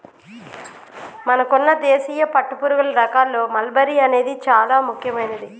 మనకున్న దేశీయ పట్టుపురుగుల రకాల్లో మల్బరీ అనేది చానా ముఖ్యమైనది